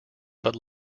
but